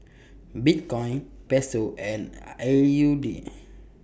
Bitcoin Peso and A U D